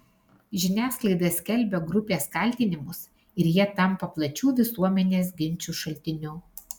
žiniasklaida skelbia grupės kaltinimus ir jie tampa plačių visuomenės ginčų šaltiniu